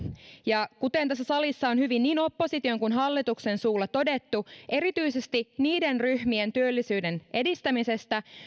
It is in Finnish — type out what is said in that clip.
ja kuten tässä salissa on hyvin niin opposition kuin hallituksen suulla todettu erityisesti niiden ryhmien työllisyyden edistämisestä